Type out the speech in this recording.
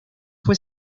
fue